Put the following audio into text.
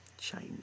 China